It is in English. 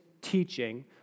teaching